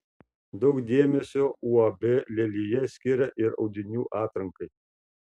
daug dėmesio uab lelija skiria ir audinių atrankai